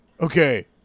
Okay